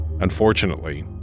Unfortunately